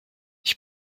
ich